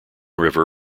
river